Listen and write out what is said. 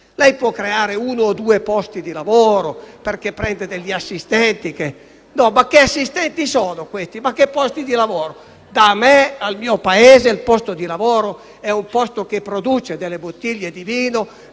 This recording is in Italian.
«Lei può creare uno o due posti di lavoro, perché prende degli assistenti».